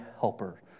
helper